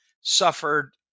suffered